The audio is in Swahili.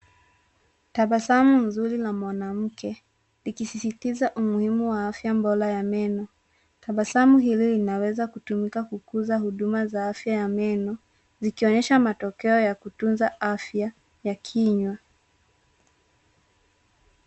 Tabasamu nzuri la mwanamke, likisisitiza umuhimu wa afya bora ya meno. Tabasamu hili linaweza kutumika kukuza huduma za afya ya memo, zikionyesha matokeo ya kutunza afya ya kinywa.